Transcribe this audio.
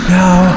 now